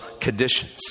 conditions